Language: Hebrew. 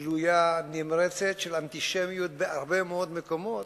גלויה, נמרצת, של אנטישמיות בהרבה מאוד מקומות,